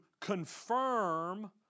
confirm